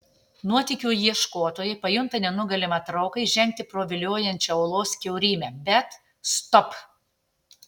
nuotykių ieškotojai pajunta nenugalimą trauką įžengti pro viliojančią olos kiaurymę bet stop